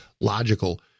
logical